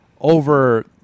over